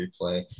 replay